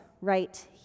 right